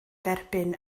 dderbyn